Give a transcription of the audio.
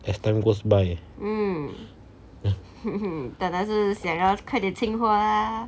as time goes by